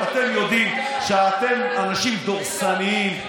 אבל אתם יודעים שאתם אנשים דורסניים,